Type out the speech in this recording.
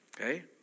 Okay